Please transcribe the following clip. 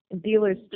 Dealers